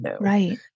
right